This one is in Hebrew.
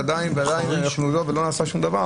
ועדין לא נעשה שום דבר